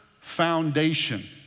foundation